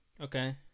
Okay